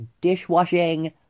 dishwashing